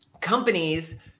companies